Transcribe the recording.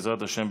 בעזרת השם,